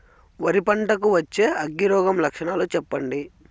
వరి పంట కు వచ్చే అగ్గి రోగం లక్షణాలు చెప్పండి?